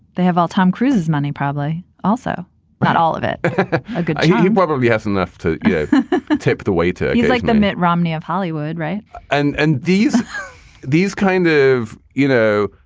they have all tom cruise's money, probably also not all of it he probably has enough to yeah tip the way to like the mitt romney of hollywood. right and and these these kind of you know,